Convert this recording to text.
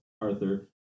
Arthur